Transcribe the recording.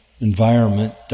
environment